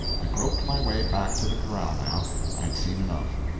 i groped my way back to the corral now i had seen enough.